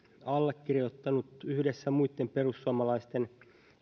allekirjoittanut yhdessä muiden perussuomalaisten